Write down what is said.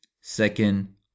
Second